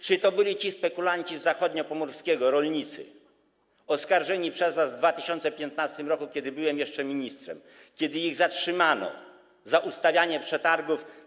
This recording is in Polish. Czy to byli ci spekulanci z zachodniopomorskiego, ci rolnicy oskarżeni przez was w 2015 r., kiedy byłem jeszcze ministrem, kiedy ich zatrzymano za ustawianie przetargów?